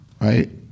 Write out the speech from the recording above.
Right